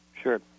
Sure